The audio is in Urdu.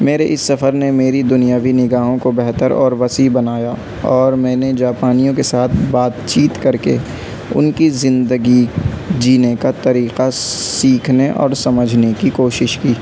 میرے اس سفر نے میری دنیاوی نگاہوں کو بہتر اور وسیع بنایا اور میں نے جاپانیوں کے ساتھ بات چیت کر کے ان کی زندگی جینے کا طریقہ سیکھنے اور سمجھنے کی کوشش کی